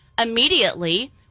Immediately